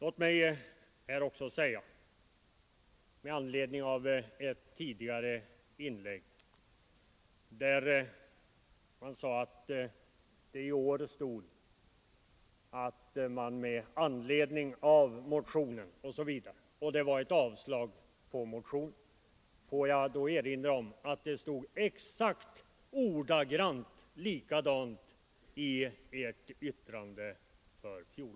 Herr Westberg i Ljusdal sade i ett tidigare inlägg att det i år stod ”i anledning av motionen”, vilket skulle innebära avslag på motionen. Får jag då erinra om att det stod exakt likadant i ert yttrande i fjol.